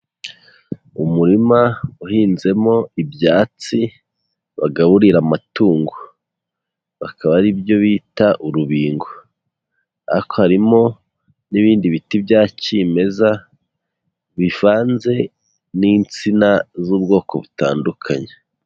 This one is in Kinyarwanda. Umurima uhinzemo ibyatsi bagaburira amatungo bakaba ari byo bita urubingo ariko harimo n'ibindi biti bya kimeza bivanze n'insina z'ubwoko butandukanye.